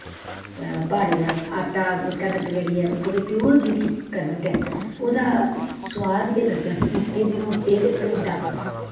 प्हाड़ें दा आटा कनक जेह्ड़ी ऐ उत्थूं दी प्योर जेह्ड़ी कनक ऐ ओह्दा सोआद गै अलग ऐ मक्कें दी रोटी ते ढोडा